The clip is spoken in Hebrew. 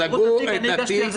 סגרו את התיק.